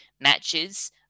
matches